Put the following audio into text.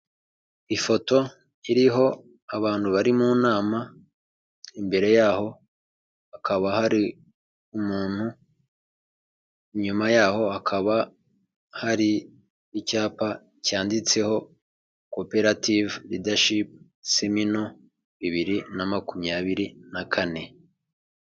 Ifoto iriho abantu bari mu nama. Imbere yaho hakaba hari umuntu, inyuma yaho hakaba hari icyapa cyanditseho koperativu Lidashipu Simino bibiri na makumyabiri na Kane.